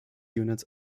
units